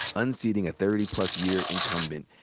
unseating a thirty plus year incumbent.